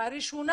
אני ארצח אותך.